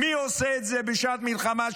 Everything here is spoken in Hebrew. מי עושה את זה בשעת מלחמה,